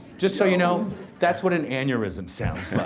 just so you know that's what an aneurysm sounds